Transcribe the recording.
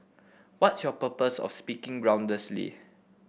what's your purpose of speaking groundlessly